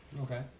okay